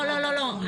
לא, לא.